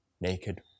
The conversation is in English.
naked